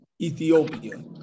Ethiopia